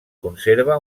conserva